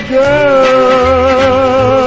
girl